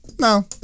No